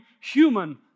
human